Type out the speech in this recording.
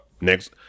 next